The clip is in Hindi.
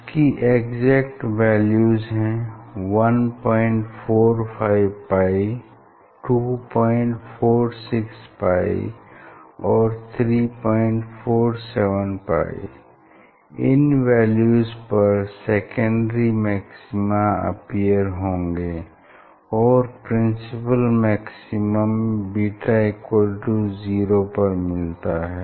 इसकी एग्जेक्ट वैल्यूज हैं 145π 246π और 347π इन वैल्यूज पर सेकेंडरी मैक्सिमा अपीयर होंगे और प्रिंसिपल मैक्सिमम β0 पर मिलता है